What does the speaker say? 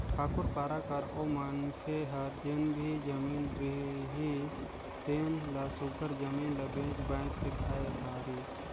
ठाकुर पारा कर ओ मनखे हर जेन भी जमीन रिहिस तेन ल सुग्घर जमीन ल बेंच बाएंच के खाए धारिस